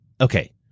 Okay